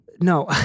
No